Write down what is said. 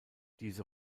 diese